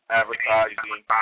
advertising